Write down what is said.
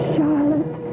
Charlotte